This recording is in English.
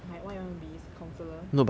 like what you want to be as a counsellor